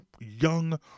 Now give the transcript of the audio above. young